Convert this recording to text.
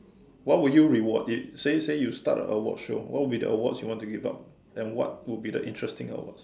what would you reward it say say you start a award show what would be the awards you want to give out and what would be the interesting awards